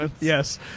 yes